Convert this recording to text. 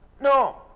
No